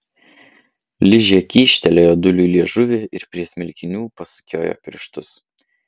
ližė kyštelėjo dūliui liežuvį ir prie smilkinių pasukiojo pirštus